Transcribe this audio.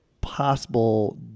possible